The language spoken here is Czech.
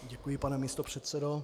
Děkuji, pane místopředsedo.